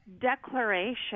declaration